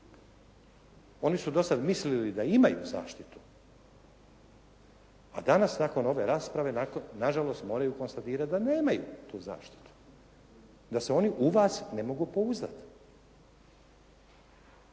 Oni su dosad mislili da imaju zaštitu, a danas nakon ove rasprave nažalost moraju konstatirat da nemaju tu zaštitu, da se oni u vas ne mogu pouzdati.